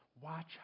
watch